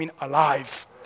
alive